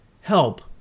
help